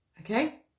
Okay